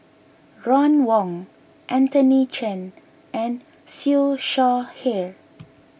Ron Wong Anthony Chen and Siew Shaw Here